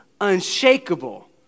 unshakable